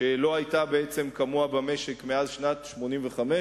שלא היתה כמוה במשק מאז שנת 1985,